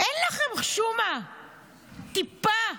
אין לכם חשומה, טיפה?